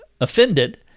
offended